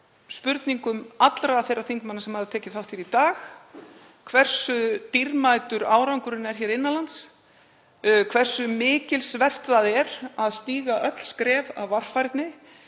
spurningum allra þeirra þingmanna sem hafa tekið þátt í dag hversu dýrmætur árangurinn er hér innan lands og hversu mikilsvert það er að stíga öll skref af varfærni.